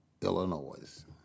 Illinois